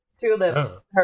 Tulips